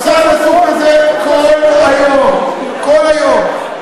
מצוין, רק, המשרד עסוק בזה כל היום, כל היום.